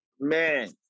man